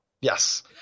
Yes